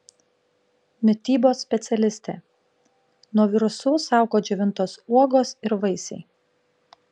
mitybos specialistė nuo virusų saugo džiovintos uogos ir vaisiai